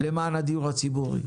למען הדיור הציבורי,